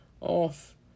off